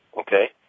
Okay